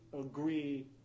agree